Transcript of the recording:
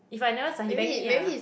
if I never 闪 he bang me ah